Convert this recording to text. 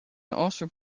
also